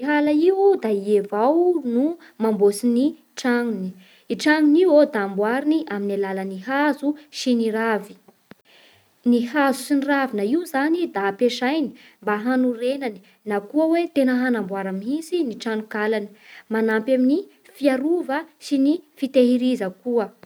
Hala io da i avao no mamboatsy ny tragnony. I tragnony iô da amboariny amin'ny alalan'ny hazo sy ny ravy. Ny hazo sy ny ravina io zany da ampiasainy mba hanorenany na koa hoe tena hanamboarany mihitsy ny tranonkalany; manampy amin'ny fiarova sy ny fitehiriza koa.